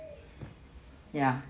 ya